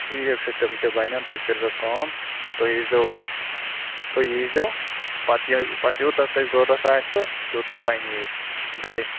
ٹھیٖک چھُ تِم تہِ بَنٮ۪ن تُہۍ کٔرۍزیٚو کٲم تُہۍ ییٖزیٚو تُہۍ ییٖزیٚو پَتہٕ ییٚلہِ پَتہٕ یوٗتاہ تۄہہِ ضروٗرت آسوٕ تیٛوٗتاہ بَنہِ ییٚتہِ بیٚیہِ